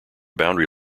boundary